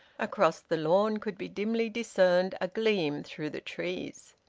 across the lawn could be dimly discerned a gleam through the trees.